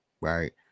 right